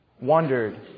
wondered